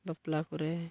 ᱵᱟᱯᱞᱟ ᱠᱚᱨᱮ